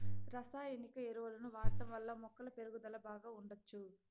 రసాయనిక ఎరువులను వాడటం వల్ల మొక్కల పెరుగుదల బాగా ఉండచ్చు